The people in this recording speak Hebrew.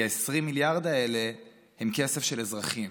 כי ה-20 מיליארד האלה הם כסף של האזרחים.